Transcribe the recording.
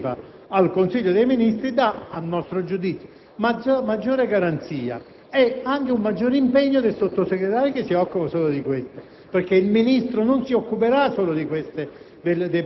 niente? La figura del Sottosegretario, che non partecipa al Consiglio dei ministri, dà, a nostro giudizio, maggiore garanzia e vi è inoltre anche un maggiore impegno da parte del Sottosegretario che si occupa solo di questo.